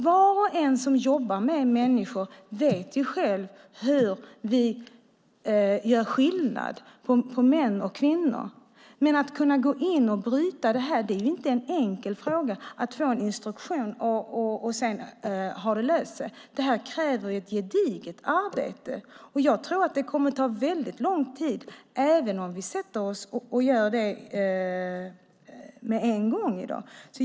Var och en som jobbar med människor vet själv hur vi gör skillnad på män och kvinnor. Men det är inte en enkel fråga att kunna gå in och bryta det här. Man kan inte bara få en instruktion och tro att det sedan har löst sig. Det här kräver ett gediget arbete. Jag tror att det kommer att ta lång tid även om vi sätter oss och gör detta med en gång, i dag.